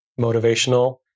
motivational